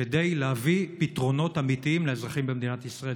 כדי להביא פתרונות אמיתיים לאזרחים במדינת ישראל.